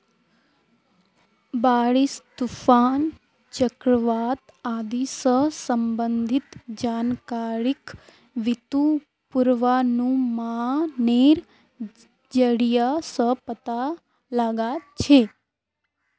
बारिश, तूफान, चक्रवात आदि स संबंधित जानकारिक बितु पूर्वानुमानेर जरिया स पता लगा छेक